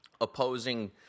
opposing